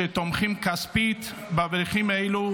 שתומכים כספית באברכים האלו,